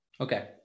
Okay